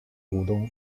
股东